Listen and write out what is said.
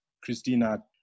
Christina